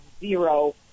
zero